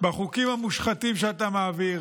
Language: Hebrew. בחוקים המושחתים שאתה מעביר,